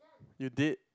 you did